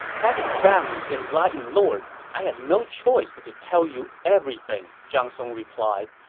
having found an enlightened lord, i had no choice but to tell you everything, zhang song replied.